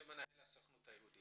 מי שמנהל זה הסוכנות היהודית.